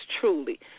truly